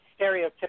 stereotypical